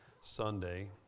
Sunday